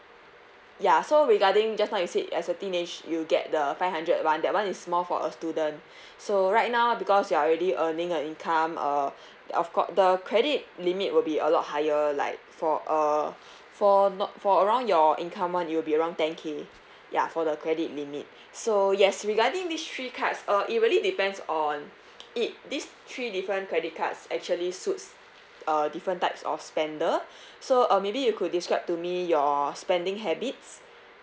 ya so regarding just now you said as a teenage you get the five hundred [one] that one is more for a student so right now because you're already earning a income uh of cour~ the credit limit would be a lot higher like for uh for not for around your income [one] it'll be around ten K ya for the credit limit so yes regarding these three cards uh it really depends on it these three different credit cards actually suits uh different types of spender so uh maybe you could describe to me your spending habits